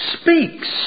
speaks